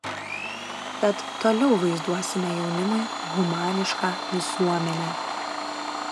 tad toliau vaizduosime jaunimui humanišką visuomenę